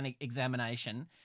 examination